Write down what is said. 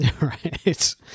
Right